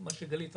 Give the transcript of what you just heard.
מה שגלית אמרה,